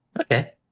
Okay